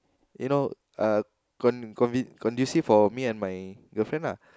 you know uh con conducive for me and my girlfriend lah